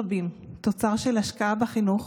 כשכיהנתי בתפקידי כסגנית ראש מועצת הר